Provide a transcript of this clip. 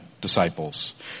disciples